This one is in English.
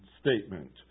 statement